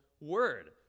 word